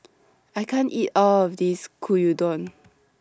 I can't eat All of This Gyudon